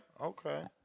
okay